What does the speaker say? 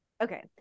okay